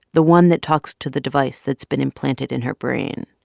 the one that talks to the device that's been implanted in her brain.